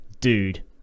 dude